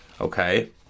okay